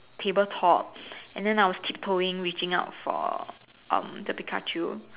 tabletop and then I was tip toeing reaching out for um the Pikachu